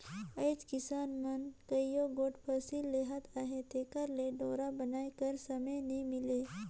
आएज किसान मन कइयो गोट फसिल लेहत अहे तेकर ले डोरा बनाए कर समे नी मिले